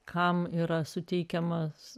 kam yra suteikiamas